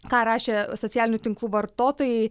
ką rašė socialinių tinklų vartotojai